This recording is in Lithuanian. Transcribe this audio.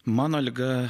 mano liga